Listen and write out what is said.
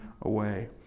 away